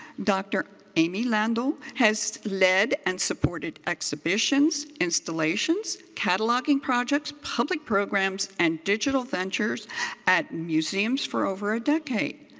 dr. amy landau has led and supported exhibitions, installations, cataloging projects, public programs and digital ventures at museums for over a decade.